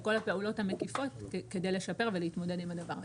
כל הפעולות המקיפות כדי לשפר ולהתמודד עם הדבר הזה.